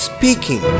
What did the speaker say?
Speaking